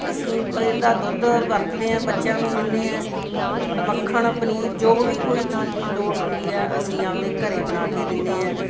ਅਸੀਂ ਇਹਦਾ ਦੁੱਧ ਵਰਤਦੇ ਹਾਂ ਬੱਚਿਆਂ ਨੂੰ ਦਿੰਦੇ ਐਂ ਮੱਖਣ ਪਨੀਰ ਜੋ ਵੀ ਕੋਈ ਚੀਜ਼ ਦੀ ਲੋੜ ਹੁੰਦੀ ਹੈ ਅਸੀਂ ਆਪਦੇ ਘਰੇ ਬਣਾ ਕੇ ਦਿੰਦੇ ਐਂ